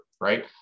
right